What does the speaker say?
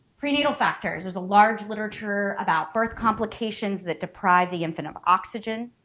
prenatal factors. there's a large literature about birth complications that deprive the infant of oxygen,